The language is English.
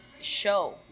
show